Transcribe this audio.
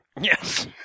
Yes